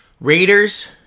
Raiders